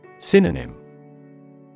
Synonym